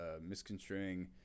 misconstruing